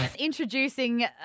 introducing